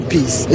Peace